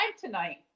tonight